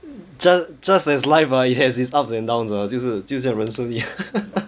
just just as life ah it has its ups and down ah 就是就像人生一样